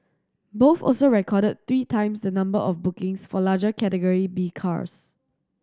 both also recorded three times the number of bookings for larger Category B cars